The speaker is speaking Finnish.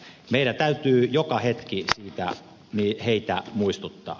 meidän täytyy joka hetki siitä niitä muistuttaa